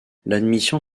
l’admission